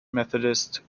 methodist